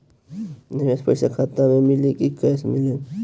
निवेश पइसा खाता में मिली कि कैश मिली?